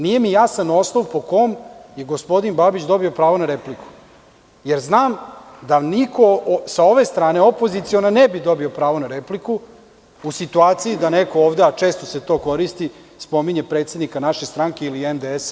Nije mi jasan osnov po kome je gospodin Babić dobio pravo na repliku, jer znam da niko sa opozicione strane ne bi dobio pravo na repliku, u situaciji da neko ovde, a često se koristi spominje predsednika naše stranke ili NDS.